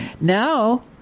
Now